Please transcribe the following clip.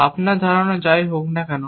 আপনার ধারণা যাই হোক না কেন